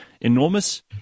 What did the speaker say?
enormous